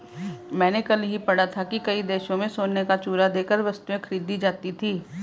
मैंने कल ही पढ़ा था कि कई देशों में सोने का चूरा देकर वस्तुएं खरीदी जाती थी